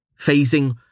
Phasing